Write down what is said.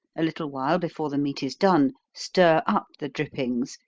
a little while before the meat is done, stir up the drippings,